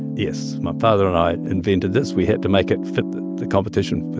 yes. my father and i invented this. we had to make it fit the competition.